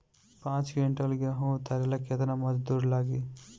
पांच किविंटल गेहूं उतारे ला केतना मजदूर लागी?